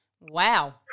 Wow